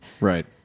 right